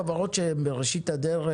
חברות שהן בראשית הדרך,